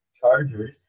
Chargers